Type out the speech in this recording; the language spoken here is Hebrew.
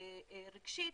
רגשית,